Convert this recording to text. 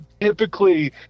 typically